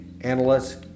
analysts